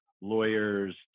lawyers